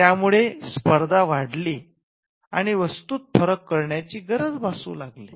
त्या मुळे स्पर्धा वाढली आणि वस्तूत फरक करण्याची गरज भासू लागली